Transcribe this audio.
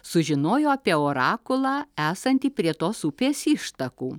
sužinojo apie orakulą esantį prie tos upės ištakų